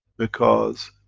because,